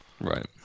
Right